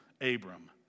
Abram